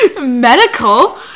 Medical